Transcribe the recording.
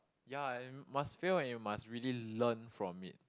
ya and must fail and you must really learn from it